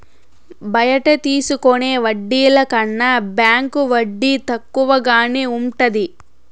బయట తీసుకునే వడ్డీల కన్నా బ్యాంకు వడ్డీ తక్కువగానే ఉంటది